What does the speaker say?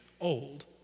old